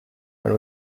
when